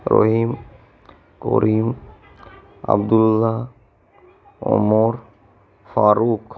Rahim Karim Abdullah Amar Farukh